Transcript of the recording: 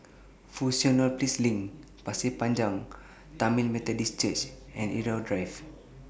Fusionopolis LINK Pasir Panjang Tamil Methodist Church and Irau Drive